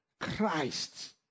Christ